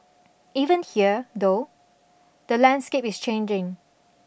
even here though the landscape is changing